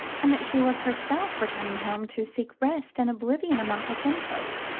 and that she was herself returning home to seek rest and oblivion among her kinsfolk.